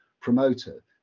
promoter